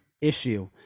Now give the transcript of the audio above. issue